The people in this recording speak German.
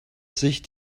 sich